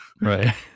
Right